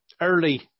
early